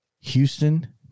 Houston